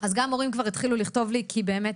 אז גם הורים כבר התחילו לכתוב לי כי באמת